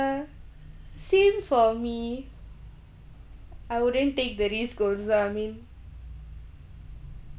same for me I wouldn't take the risk also I mean